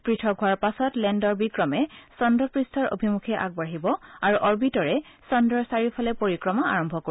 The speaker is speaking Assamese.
পৃথক হোৱাৰ পাছত লেণ্ডৰ বিক্ৰমে চন্দ্ৰপৃষ্ঠৰ অভিমুখে আগবাঢ়িব আৰু অৰ্বিটৰে চন্দ্ৰৰ চাৰিওফালে পৰিক্ৰমা আৰম্ভ কৰিব